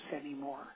anymore